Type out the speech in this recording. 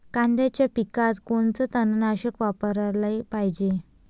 कांद्याच्या पिकात कोनचं तननाशक वापराले पायजे?